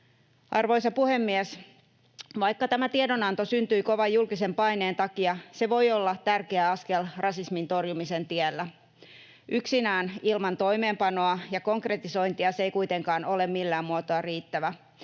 Arvoisa puhemies! Vaikka tämä tiedonanto syntyi kovan julkisen paineen takia, se voi olla tärkeä askel rasismin torjumisen tiellä. Yksinään, ilman toimeenpanoa ja konkretisointia, se ei kuitenkaan ole millään muotoa riittävä.